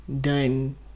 done